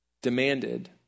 demanded